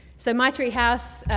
so maitree house,